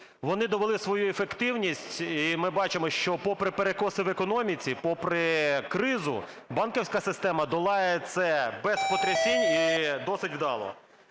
вони довели свою ефективність. І ми бачимо, що, попри перекоси в економіці, попри кризу, банківська система долає це без потрясінь і досить вдало.